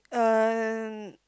uh